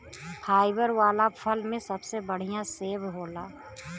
fibre वाला फल में सबसे बढ़िया सेव होला